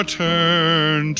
turn